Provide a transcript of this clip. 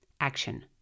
Action